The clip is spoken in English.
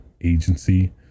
agency